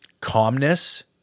calmness